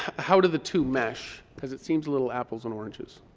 how did the two mesh? because it seems a little apples and oranges.